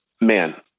Man